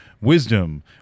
Wisdom